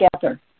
together